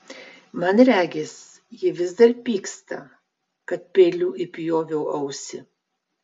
man regis ji vis dar pyksta kad peiliu įpjoviau ausį